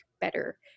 better